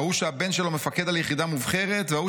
ההוא שהבן שלו מפקד על יחידה מובחרת וההוא